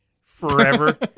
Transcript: forever